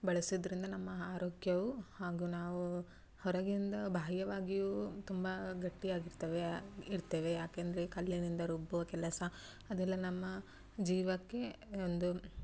ಬಳಸೋದರಿಂದ ನಮ್ಮ ಆರೋಗ್ಯವು ಹಾಗೂ ನಾವು ಹೊರಗಿನಿಂದ ಬಾಹ್ಯವಾಗಿಯೂ ತುಂಬಾ ಗಟ್ಟಿಯಾಗಿರ್ತೇವೆ ಇರ್ತೇವೆ ಯಾಕೆಂದರೆ ಕಲ್ಲಿನಿಂದ ರುಬ್ಬೋ ಕೆಲಸ ಅದೆಲ್ಲ ನಮ್ಮ ಜೀವಕ್ಕೆ ಒಂದು